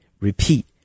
Repeat